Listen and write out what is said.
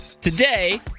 today